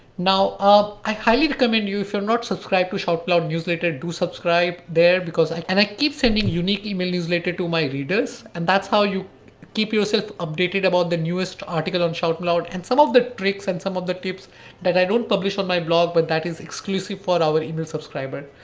now, ah i highly recommend you, if you're not subscribed to shoutmeloud newsletter do subscribe there because, and i keep sending unique email newsletter to my readers. and that's how you keep yourself updated about the newest article on shoutmeloud and some of the tricks and some of the tips that i don't publish on my blog, but that is exclusive for our email subscriber.